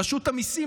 רשות המיסים,